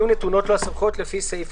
ויהיו נתונות לו הסמכויות לפי סעיף